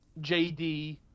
JD